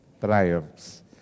triumphs